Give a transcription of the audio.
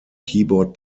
keyboard